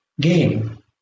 game